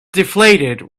deflated